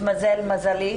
התמזל מזלי,